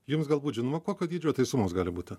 jums galbūt žinoma kokio dydžio tai sumos gali būti